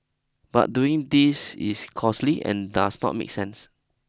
but doing this is costly and does not make sense